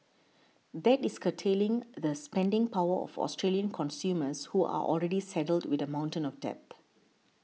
that is curtailing the spending power of Australian consumers who are already saddled with a mountain of debt